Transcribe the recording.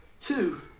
Two